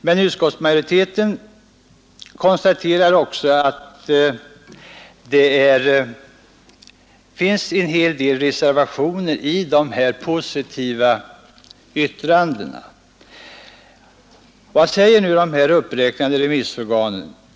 Men utskottsmajoriteten konstaterar också att det finns en hel del reservationer i de positiva yttrandena. Vad säger nu de uppräknade remissorganen?